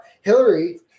Hillary